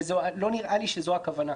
ולא נראה לי שזו הכוונה.